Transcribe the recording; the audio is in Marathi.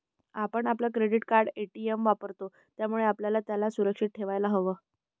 आपण आपलं क्रेडिट कार्ड, ए.टी.एम वापरतो, त्यामुळे आपल्याला त्याला सुरक्षित ठेवायला हव